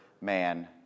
man